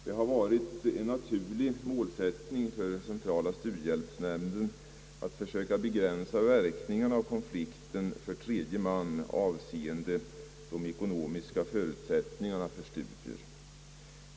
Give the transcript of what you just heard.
Det har varit en naturlig målsättning för centrala studiehjälpsnämnden att försöka begränsa verkningarna av konflikten för tredje man avseende de ekonomiska förutsättningarna för studierna.